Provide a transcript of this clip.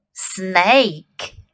Snake